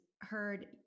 heard